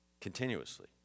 continuously